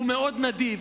הוא מאוד נדיב,